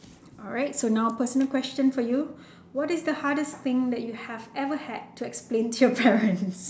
alright so now personal question for you what is the hardest thing that you have ever had to explain to your parents